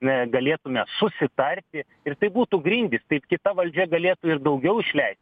me galėtume susitarti ir tai būtų grindys taip kita valdžia galėtų ir daugiau išleisti